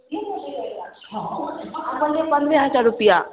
पन्द्रह हजार रुपिआ